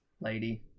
Lady